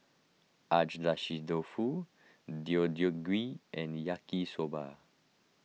Agedashi Dofu Deodeok Gui and Yaki Soba